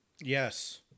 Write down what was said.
Yes